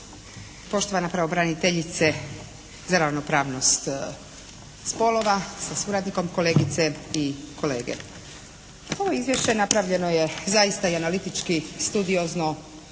poštovana pravobraniteljice za ravnopravnost spolova sa suradnikom, kolegice i kolege. Ovo izvješće napravljeno je zaista i analitički i studiozno,